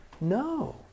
No